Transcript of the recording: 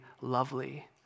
lovely